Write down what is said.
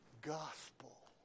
gospel